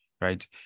right